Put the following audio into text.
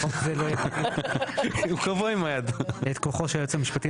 חוק זה לא יגביל את כוחו של בית המשפט העליון